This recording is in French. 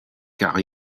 car